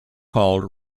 called